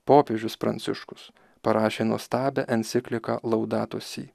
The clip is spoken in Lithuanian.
popiežius pranciškus parašė nuostabią encikliką laudato si